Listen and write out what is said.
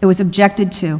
it was objected to